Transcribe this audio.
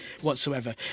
whatsoever